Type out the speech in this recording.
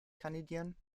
kandidieren